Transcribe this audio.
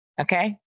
Okay